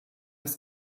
das